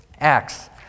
Acts